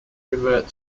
revert